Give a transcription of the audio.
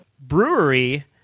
brewery